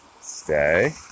stay